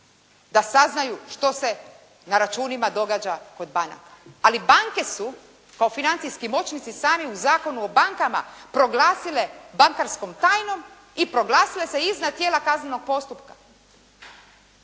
da saznaju što se na računima događa kod banaka. Ali banke su kao financijski moćnici sami u Zakonu o bankama proglasile bankarskom tajnom i proglasile se iznad tijela kaznenog postupka.